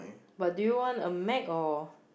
but do you want a Mac or